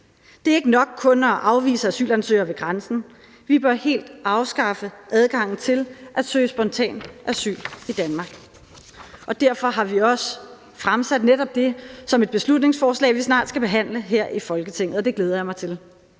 Det er ikke nok kun at afvise asylansøgere ved grænsen. Vi bør helt afskaffe adgangen til at søge spontan asyl i Danmark. Derfor har vi også fremsat netop det som et beslutningsforslag, vi snart skal behandle her i Folketinget, og det glæder jeg mig til.